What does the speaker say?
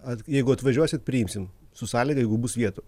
jeigu atvažiuosit priimsim su sąlyga jeigu bus vietų